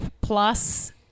plus